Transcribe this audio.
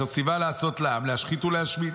"אשר ציווה לעשות לעם להשחית ולהשמיד.